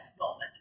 moment